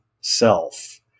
self